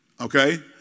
Okay